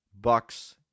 Bucks